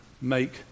make